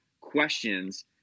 questions